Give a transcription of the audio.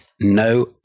no